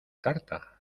tarta